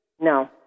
No